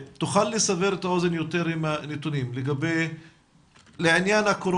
לסבר את האוזן יותר עם הנתונים לעניין הקורונה,